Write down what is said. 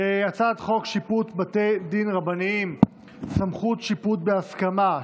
הצעת חוק שיפוט בתי דין רבניים (סמכות שיפוט בהסכמה),